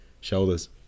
shoulders